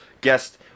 guest